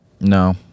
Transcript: No